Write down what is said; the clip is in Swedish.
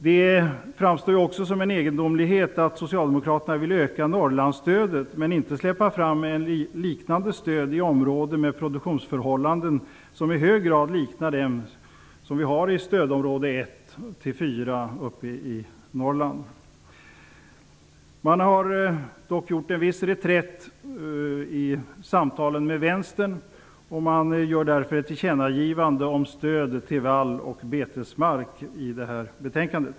Det framstår också som egendomligt att socialdemokraterna vill öka Norrlandsstödet men inte vill släppa fram ett liknande stöd i områden med produktionsförhållanden som i hög grad liknar dem i stödområde 1-4 i Norrland. Man har dock gjort en viss reträtt i samtalen med Vänstern. Man gör därför ett tillkännagivande i detta betänkande om stöd till vall och betesmark.